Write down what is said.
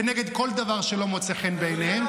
כנגד כל דבר שלא מוצא חן בעיניהם.